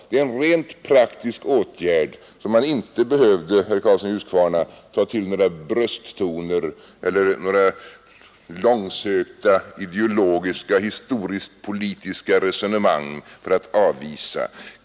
Det är en rent praktiskt åtgärd, och man behöver inte, herr Karlsson i Huskvarna, ta till några brösttoner eller några långsökta ideologiska historiskt-politiska resonemang för att avvisa den.